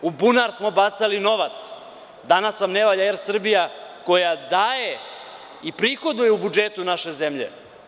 U bunar smo bacali novac, danas vam ne valja „Er Srbija“ koja daje i prihoduje u budžetu naše zemlje.